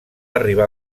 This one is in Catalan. arribar